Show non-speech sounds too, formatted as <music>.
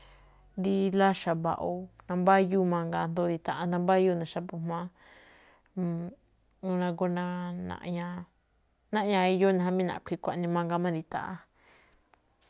Rí láxa̱ mba̱ꞌo̱ nambáyúu mangaa ído̱ nandita̱ꞌa̱, nambayúu ne̱ ido̱ xa̱bo̱ jma̱á, <hesitation> nagoo <hesitation> naꞌña̱a̱ eyoo ne̱, jamí naꞌkhui̱i̱ ne̱ xkuaꞌnii mangaa máꞌ ne̱ ndita̱ꞌa̱.